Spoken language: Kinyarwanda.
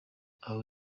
aha